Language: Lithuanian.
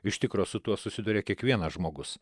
iš tikro su tuo susiduria kiekvienas žmogus